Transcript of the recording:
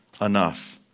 Enough